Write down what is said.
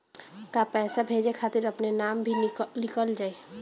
का पैसा भेजे खातिर अपने नाम भी लिकल जाइ?